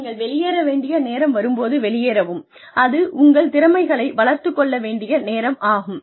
நீங்கள் வெளியேற வேண்டிய நேரம் வரும்போது வெளியேறவும் அது உங்கள் திறமைகளை வளர்த்துக் கொள்ள வேண்டிய நேரம் ஆகும்